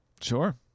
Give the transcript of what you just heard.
Sure